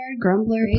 Grumbler